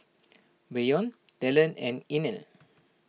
Bryon Talen and Inell